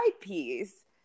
piece